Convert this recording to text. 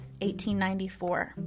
1894